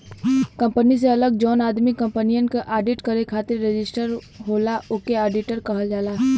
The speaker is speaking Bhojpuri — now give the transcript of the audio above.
कंपनी से अलग जौन आदमी कंपनियन क आडिट करे खातिर रजिस्टर होला ओके आडिटर कहल जाला